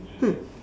hmm